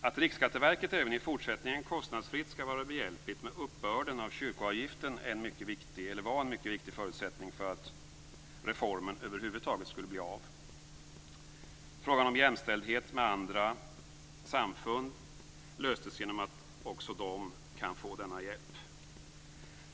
Att Riksskatteverket även i fortsättningen kostnadsfritt skall vara behjälpligt med uppbörden av kyrkoavgiften var en mycket viktig förutsättning för att reformen över huvud taget skulle bli av. Frågan om jämställdhet med andra samfund löstes genom att också de kan få denna hjälp.